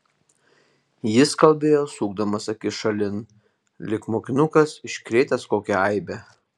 jis kalbėjo sukdamas akis šalin lyg mokinukas iškrėtęs kokią eibę